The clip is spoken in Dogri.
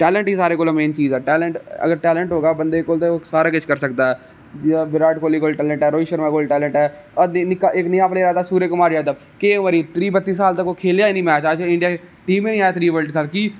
टेलेंट ही सारे कोला मेन चीज ऐ टेलेंट अगर टेंलेट होगा अगर बंदे कोल ओह् सारा किश करी सकदा ऐ जियां बिराट कोहली कोल टेलेंट ऐ रौहित शर्मा कोल टेलेंट ऐ आसेंगी दिक्खना चाहिदा सूर्य कुमार यादब केई बारी त्री बत्ती साल तक ओह् खेलेआ ही नेईं मैच टीम च गै नेई आया ओह् त्री साल तक की